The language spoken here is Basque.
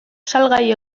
salgai